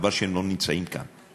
חבל שהם לא נמצאים כאן.